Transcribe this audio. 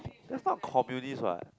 that's not communist what